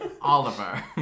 Oliver